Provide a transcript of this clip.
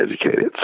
educated